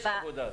יש עבודה.